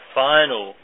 final